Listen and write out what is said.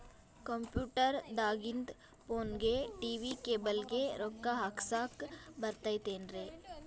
Computer ದಾಗಿಂದ್ ಫೋನ್ಗೆ, TV cable ಗೆ, ರೊಕ್ಕಾ ಹಾಕಸಾಕ್ ಬರತೈತೇನ್ರೇ?